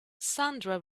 sandra